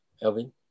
Elvin